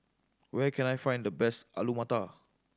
where can I find the best Alu Matar